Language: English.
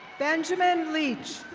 benjamin leech.